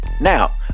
Now